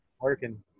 working